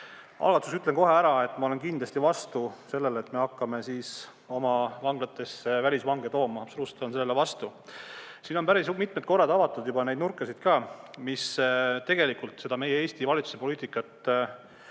ütlen kohe ära, et ma olen kindlasti vastu sellele, et me hakkame oma vanglatesse välisvange tooma. Absoluutselt olen sellele vastu. Siin on päris mitmed korrad avatud juba neid nurkasid, mis tegelikult meie Eesti valitsuse poliitikat